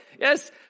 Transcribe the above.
Yes